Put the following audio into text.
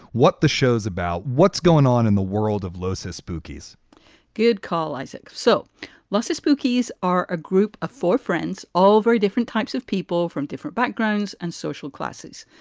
what the show's about, what's going on in the world of lozier spookies good call, isaac. so lossa spookies are a group of four friends, all very different types of people from different backgrounds and social classes.